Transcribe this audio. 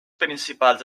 principals